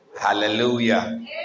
Hallelujah